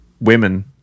Women